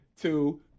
two